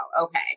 okay